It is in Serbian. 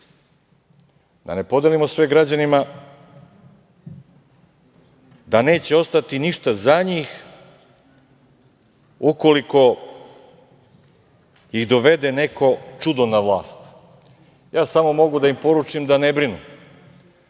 da ne podelimo sve građanima, da neće ostati ništa za njih ukoliko ih dovede neko čudo na vlast. Ja samo mogu da im poručim da ne brinu.